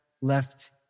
left